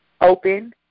open